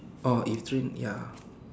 or if train ya